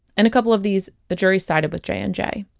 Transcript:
and a couple of these, the juries sided with j and j.